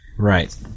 Right